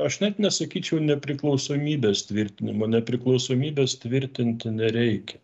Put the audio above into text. aš net nesakyčiau nepriklausomybės tvirtinimo nepriklausomybės tvirtinti nereikia